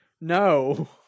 No